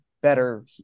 better